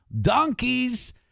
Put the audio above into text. Donkeys